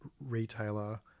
retailer